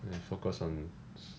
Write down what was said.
then focus on